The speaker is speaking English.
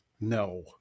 no